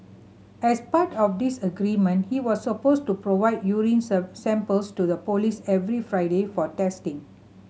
as part of this agreement he was supposed to provide urine samples to the police every Friday for testing